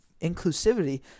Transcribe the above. inclusivity